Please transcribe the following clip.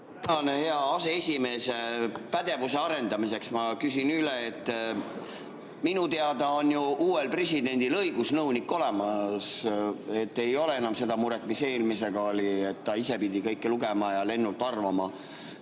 Hea aseesimees! Pädevuse arendamiseks ma küsin üle. Minu teada on uuel presidendil õigusnõunik olemas. Ei ole enam seda muret, mis eelmisega oli, et ta ise pidi kõike lugema ja lennult arvama.